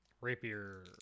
Rapier